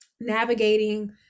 navigating